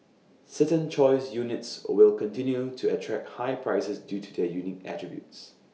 certain choice units will continue to attract high prices due to their unique attributes